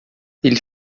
ele